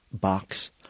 box